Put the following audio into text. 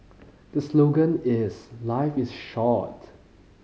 the slogan is life is short